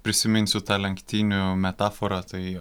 prisiminsiu tą lenktynių metaforą tai